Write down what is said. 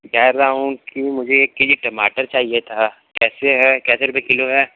कह रहा हूँ कि मुझे एक के जी टमाटर चाहिए था कैसे है कैसे रुपए किलो है